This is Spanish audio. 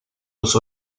los